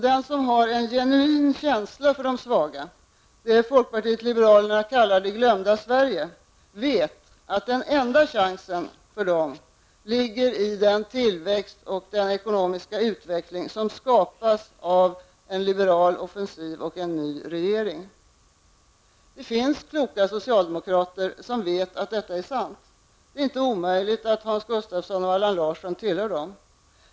Den som har en genuin känsla för de svaga -- det folkpartiet liberalerna kallar det glömda Sverige -- vet att den enda chansen för dem ligger i den tillväxt och ekonomiska utveckling som skapas av en liberal offensiv och en ny regering. Det finns kloka socialdemokrater som vet att detta är sant. Det är inte omöjligt att Hans Gustafsson och Allan Larsson tillhör dem.